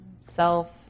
self